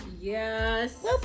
Yes